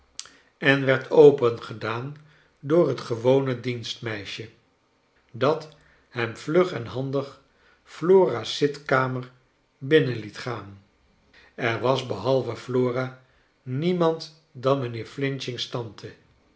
en werd opengedaan door het gewone dienstmeisje dat hem vlug en handig flora's zitkamer binnen liet gaan er was behalve flora niemand dan mijnheer f's tante